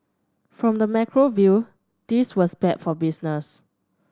from the macro view this was bad for business